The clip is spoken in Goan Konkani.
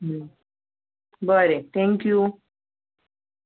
बरें थँक्यू